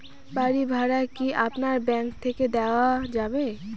বাড়ী ভাড়া কি আপনার ব্যাঙ্ক থেকে দেওয়া যাবে?